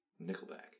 Nickelback